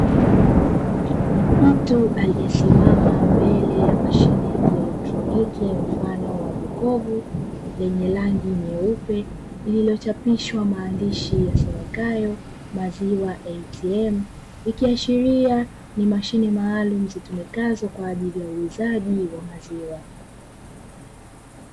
Mtu aliyesimama mbele ya mashine ya kielektroniki mfano wa jokofu; lenye rangi nyeupe, lililochapishwa maandishi yasomekayo "Maziwa ATM", ikiashiria ni mashine maalumu zitumikazo kwa ajili ya uuzaji wa maziwa.